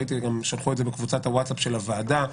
הם שלחו את זה בקבוצת הווטסאפ של הוועדה,